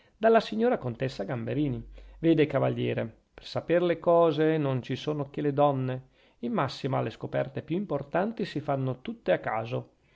dalla signora contessa gamberini vede cavaliere per saper le cose non ci sono che le donne in massima le scoperte più importanti si fanno tutte a caso